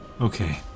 Okay